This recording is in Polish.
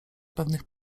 pewnych